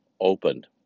opened